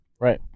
Right